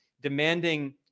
demanding